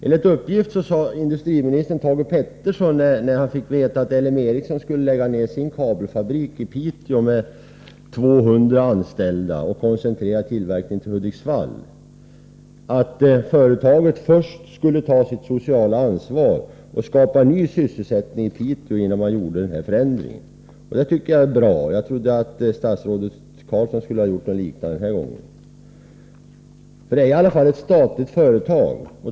Enligt uppgift sade industriminister Thage Peterson, när han fick veta att LM Ericsson skulle lägga ned sin kabelfabrik i Piteå med 200 anställda och koncentrera tillverkningen till Hudiksvall, att företaget först skulle ta sitt sociala ansvar och skapa ny sysselsättning i Piteå innan man gjorde denna förändring. Det tycker jag är bra. Jag trodde att statsrådet Carlsson skulle ha gjort något liknande den här gången. Det är i alla fall fråga om ett statligt företag.